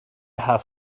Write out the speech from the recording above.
have